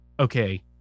okay